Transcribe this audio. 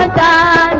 ah da